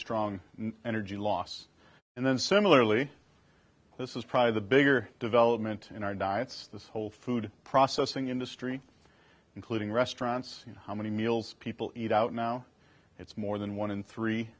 strong energy loss and then similarly this is probably the bigger development in our diets this whole food processing industry including restaurants you know how many meals people eat out now it's more than one in three